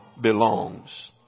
belongs